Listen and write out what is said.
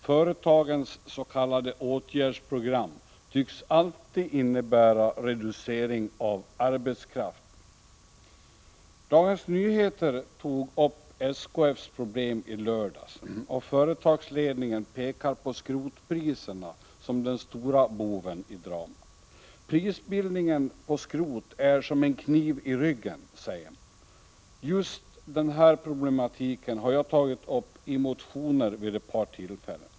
Företagens s.k. åtgärdsprogram tycks alltid innebära reducering av arbetskraften. Dagens Nyheter tog upp SKF:s problem i lördags. Företagsledningen pekar på skrotpriserna som den stora boven i dramat. Prisbildningen på skrot är som en kniv i ryggen, säger man. Just den här problematiken har jag tagit uppi motioner vid ett par tillfällen.